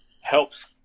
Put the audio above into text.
helps